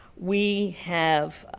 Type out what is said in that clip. we have